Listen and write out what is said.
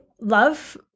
love